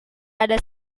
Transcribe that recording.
ada